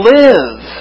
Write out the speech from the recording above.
live